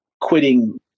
quitting